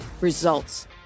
results